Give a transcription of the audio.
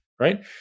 right